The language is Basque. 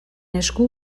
esku